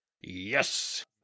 Yes